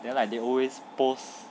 then like they always post